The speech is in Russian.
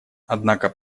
однако